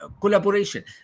collaboration